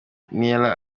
daniella